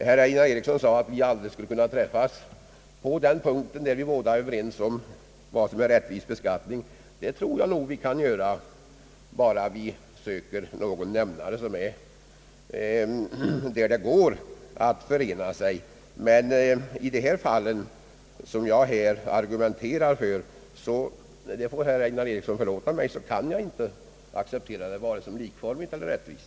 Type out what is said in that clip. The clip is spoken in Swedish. Herr Einar Eriksson sade att vi aldrig skulle kunna mötas när det gäller att avgöra vad som är rättvis beskattning. Men det tror jag nog vi skall kunna göra, om vi bara söker någon gemensam nämnare, där det går att förena sig. I de fall jag här berört kan jag inte — det får herr Eriksson förlåta mig — inse att det finns vare sig likformighet eller rättvisa.